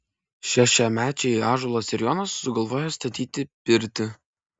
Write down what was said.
šešiamečiai ąžuolas ir jonas sugalvoja statyti pirtį